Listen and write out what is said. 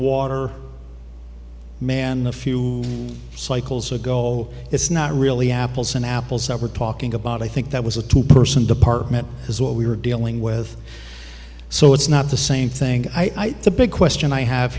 water man a few cycles ago it's not really apples and apples that we're talking about i think that was a two person department is what we were dealing with so it's not the same thing by the big question i have